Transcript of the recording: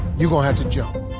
you're gonna have to jump.